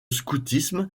scoutisme